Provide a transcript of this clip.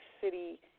City